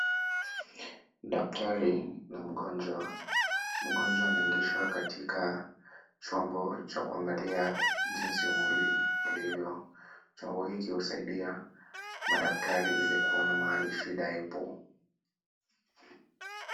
Daktari na mgonjwa, mgonjwa anaingishwa katika chombo cha kuangalia jinsi mwili ilivyo. Chombo hiki husaidia madaktari ili kuona mahali shida ipo.